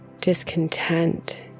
discontent